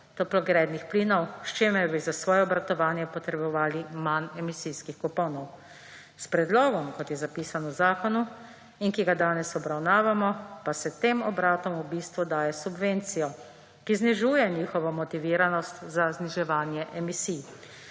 toplogrednih plinov, s čimer bi za svoje obratovanje potrebovali manj emisijskih kuponov. S predlogom, kot je zapisano v zakonu in ki ga danes obravnavamo, pa se tem obratom v bistvu daje subvencijo, ki znižuje njihovo motiviranost za zniževanje emisij.